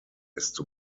ist